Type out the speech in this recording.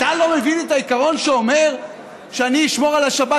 אתה לא מבין את העיקרון שאומר שאני אשמור על השבת